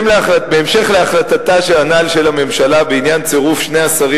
2. בהמשך להחלטתה הנ"ל של הממשלה בעניין צירוף שני השרים